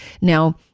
Now